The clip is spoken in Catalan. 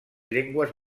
llengües